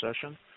session